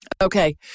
Okay